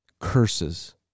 curses